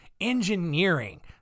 engineering